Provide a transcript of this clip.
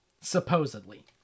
Supposedly